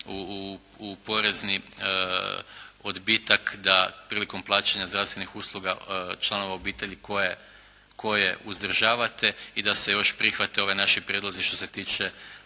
u porezni odbitak da prilikom plaćanja zdravstvenih usluga članova obitelji koje uzdržavate i da se još prihvate ovi naši prijedlozi što se tiče